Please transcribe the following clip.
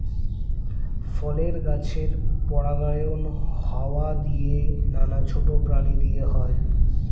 ফলের গাছের পরাগায়ন হাওয়া দিয়ে, নানা ছোট প্রাণী দিয়ে হয়